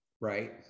right